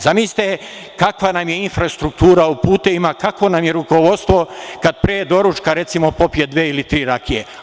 Zamislite kakva nam je infrastruktura u putevima, kakvo nam je rukovodstvo, kad pre doručka, recimo popije dve ili tri rakije.